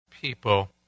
people